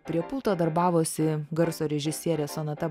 prie pulto darbavosi garso režisierė sonata